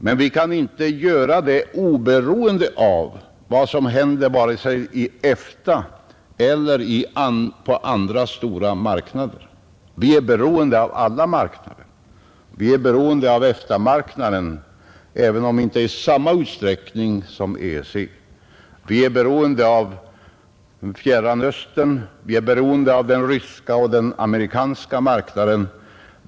Men vi kan inte göra det oberoende av vad som händer vare sig i EFTA eller på andra stora marknader. Vi är beroende av alla marknader. Vi är beroende av EFTA-marknaden, även om inte i samma utsträckning som av EEC. Vi är beroende av Fjärran Östern, vi är beroende av den ryska och den amerikanska marknaden.